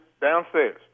Downstairs